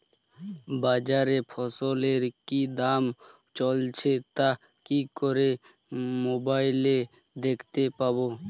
বাজারে ফসলের কি দাম চলছে তা কি করে মোবাইলে দেখতে পাবো?